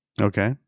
Okay